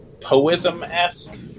Poism-esque